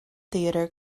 theatre